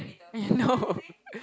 no